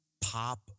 pop